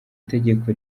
itegeko